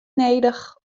nedich